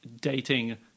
dating